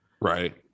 Right